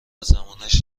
زمانش